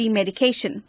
medication